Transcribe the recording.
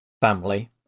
family